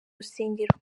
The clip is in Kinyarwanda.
rusengero